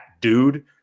dude